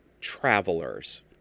travelers